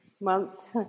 months